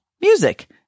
music